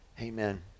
amen